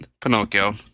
Pinocchio